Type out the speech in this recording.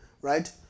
right